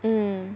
mm